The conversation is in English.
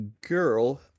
girl